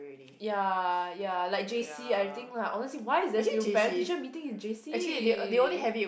ya ya like J_C I think like honestly why is there still parent teacher meeting in J_C